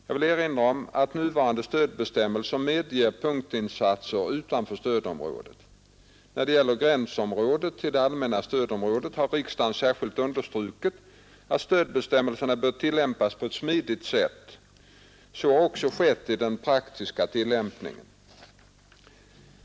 Jag vill erinra om att nuvarande stödbestämmelser medger punktinsatser utanför stödområdet. När det gäller gränsområdet till det allmänna stödområdet har riksdagen särskilt understrukit att stödbestämmelserna bör tillämpas på ett smidigt sätt. Så har också skett i den praktiska tillämpningen.